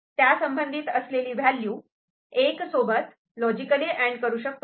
त्यासंबंधित असलेली व्हॅल्यू एक सोबत लॉजिकली अँड करू शकतो